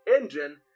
Engine